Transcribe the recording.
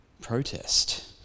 protest